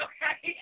Okay